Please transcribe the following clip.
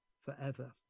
forever